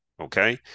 okay